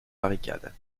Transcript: barricade